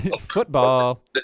Football